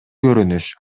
көрүнүш